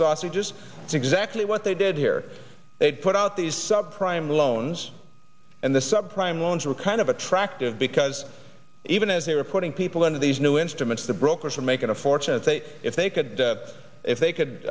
sausages exactly what they did here put out these sub prime loans and the sub prime loans were kind of attractive because even as they were putting people into these new instruments the brokers were making a fortune if they if they could if they could